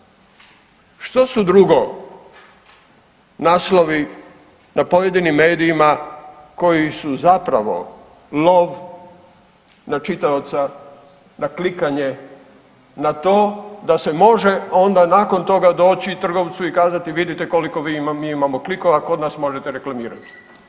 Što su drugo naslovi na pojedinim medijima koji su zapravo lov na čitaoca, na klikanje, na to da se može onda nakon toga doći trgovcu i kazati vidite koliko mi imamo klikova, kod nas možete reklamirati.